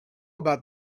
about